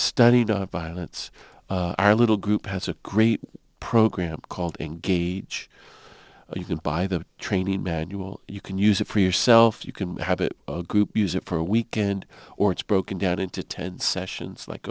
done violence our little group has a great program called engage or you can buy the training manual you can use it for yourself you can have it group use it for a weekend or it's broken down into ten sessions like